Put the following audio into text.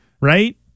right